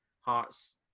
Hearts